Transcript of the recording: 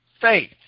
faith